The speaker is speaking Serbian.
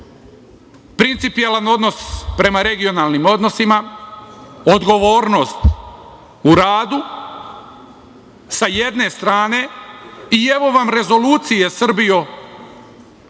Principijelan odnos prema regionalnim odnosima, odgovornost u radu sa jedne strane i evo vam rezolucije, Srbijo,